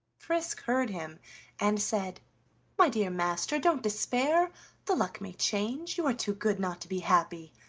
frisk heard him and said my dear master, don't despair the luck may change, you are too good not to be happy.